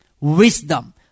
wisdom